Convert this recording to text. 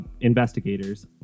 investigators